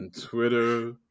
Twitter